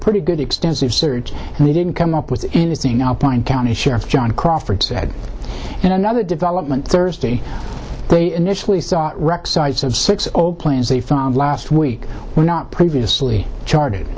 pretty good extensive search and they didn't come up with anything i'll point county sheriff john crawford said in another development thursday they initially thought rex sites of six all planes they found last week were not previously charred